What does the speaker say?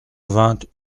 vingt